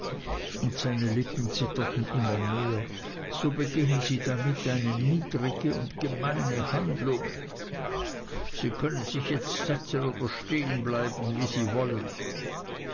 und seine lippen zitterten immer mehr so begehen sie damit eine niedrige und gemeine handlung sie können sich jetzt setzen oder stehen bleiben wie sie wollen